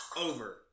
over